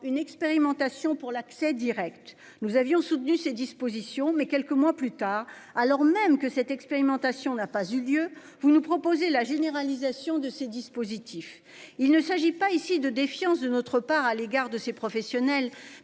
une expérimentation pour l'accès Direct nous avions soutenu ces dispositions, mais quelques mois plus tard, alors même que cette expérimentation n'a pas eu lieu. Vous nous proposez la généralisation de ces dispositifs. Il ne s'agit pas ici de défiance de notre part à l'égard de ces professionnels